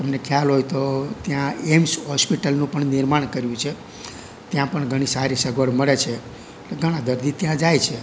તમને ખ્યાલ હોય તો ત્યાં એમ્સ હોસ્પિટલનું પણ નિર્માણ કર્યું છે ત્યાં પણ ઘણી સારી સગવડ મળે છે તો ઘણા દર્દી ત્યાં જાય છે